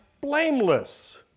blameless